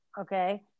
okay